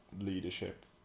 leadership